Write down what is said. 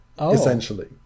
essentially